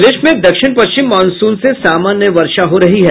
प्रदेश में दक्षिण पश्चिम मॉनसून के सामान्य वर्षा हो रही है